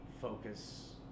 focus